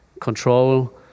control